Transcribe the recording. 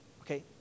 Okay